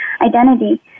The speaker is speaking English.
identity